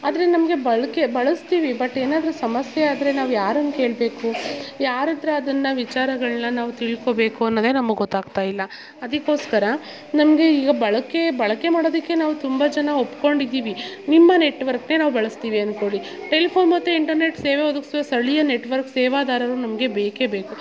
ಆದರೆ ನಮಗೆ ಬಳಕೆ ಬಳಸ್ತೀವಿ ಬಟ್ ಏನಾದರೂ ಸಮಸ್ಯೆ ಆದರೆ ನಾವು ಯಾರನ್ನ ಕೇಳಬೇಕು ಯಾರ ಹತ್ರ ಅದನ್ನು ವಿಚಾರಗಳನ್ನ ನಾವು ತಿಳ್ಕೊಳ್ಬೇಕು ಅನ್ನೋದೆ ನಮಗೆ ಗೊತ್ತಾಗ್ತಾ ಇಲ್ಲ ಅದಕ್ಕೋಸ್ಕರ ನಮಗೆ ಈಗ ಬಳಕೆ ಬಳಕೆ ಮಾಡೋದಕ್ಕೆ ನಾವು ತುಂಬ ಜನ ಒಪ್ಕೊಂಡಿದ್ದೀವಿ ನಿಮ್ಮ ನೆಟ್ವರ್ಕ್ನೆ ನಾವು ಬಳಸ್ತೀವಿ ಅಂದ್ಕೊಳ್ಳಿ ಟೆಲಿಫೋನ್ ಮತ್ತೆ ಇಂಟರ್ನೆಟ್ ಸೇವೆ ಒದಗಿಸುವ ಸ್ಥಳೀಯ ನೆಟ್ವರ್ಕ್ ಸೇವಾದಾರರು ನಮಗೆ ಬೇಕೇ ಬೇಕು